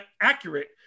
accurate